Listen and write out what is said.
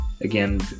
Again